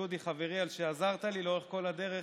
דודי חברי, על שעזרת לי לאורך כל הדרך